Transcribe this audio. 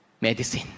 medicine